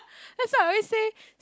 that's why I always say